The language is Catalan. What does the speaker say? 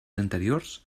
anteriors